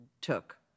took